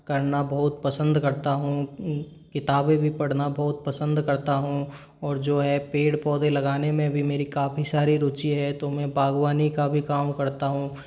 करना बहुत पसंद करता हूँ किताबें भी पढ़ना बहुत पसंद करता हूँ और जो है पेड़ पौधे लगाने में भी मेरी काफ़ी सारी रुचि है तो मैं बागवानी का भी काम करता हूँ